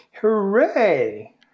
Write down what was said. Hooray